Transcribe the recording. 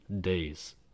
days